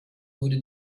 wurde